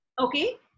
Okay